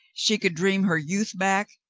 she could dream her youth back,